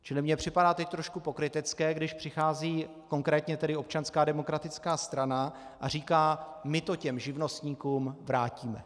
Čili mně připadá teď trošku pokrytecké, když přichází konkrétně teď Občanská demokratická strana a říká my to těm živnostníkům vrátíme.